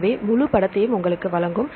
எனவே இது முழு படத்தையும் உங்களுக்கு வழங்கும்